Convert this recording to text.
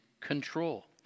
control